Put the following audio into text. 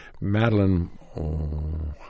Madeline